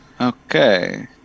Okay